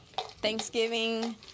Thanksgiving